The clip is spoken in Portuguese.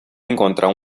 encontrar